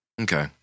okay